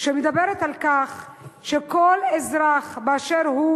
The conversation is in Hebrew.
שמדברת על כך שכל אזרח, באשר הוא,